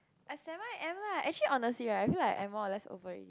at seven A_M lah actually honestly right I feel like I'm more or less over it